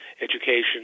education